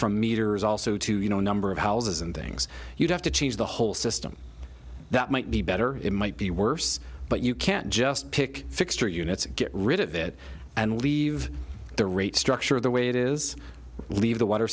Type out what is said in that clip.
from meters also to you know a number of houses and things you'd have to change the whole system that might be better it might be worse but you can't just pick fixed units and get rid of it and leave the rate structure of the way it is leave the water